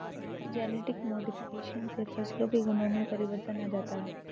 genetic modification से फसलों के गुणों में परिवर्तन आ जाता है